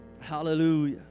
Hallelujah